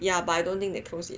ya but I don't think they closed it